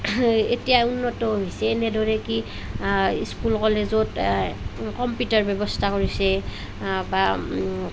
এতিয়া উন্নত হৈছে এনেদৰে কি স্কুল কলেজত কম্পিউটাৰ ব্যৱস্থা কৰিছে বা